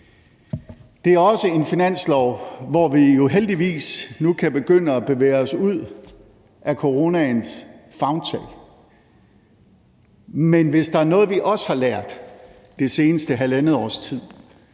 Det er også en finanslov, hvor vi jo heldigvis nu kan begynde at bevæge os ud af coronaens favntag. Men hvis der er noget, vi også har lært det seneste halvandet års tid,